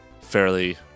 fairly